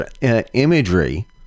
imagery